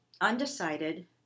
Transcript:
undecided